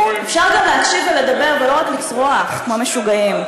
אפשר גם להקשיב ולדבר, ולא רק לצרוח כמו משוגעים.